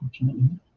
unfortunately